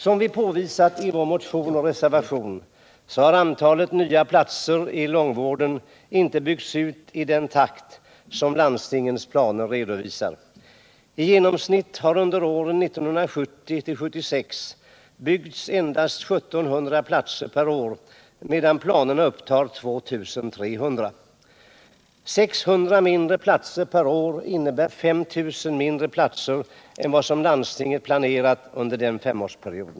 Som vi påvisat i vår motion och reservation har antalet nya platser i långtidsvården inte ökat i den takt som redovisas i landstingens planer. I genomsnitt har det under åren 1970-1976 färdigställts endast 1 700 platser per år, medan planerna upptar 2 300. 600 färre platser per år innebär 5 000 färre än vad landstingen planerat under denna femårsperiod.